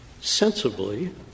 sensibly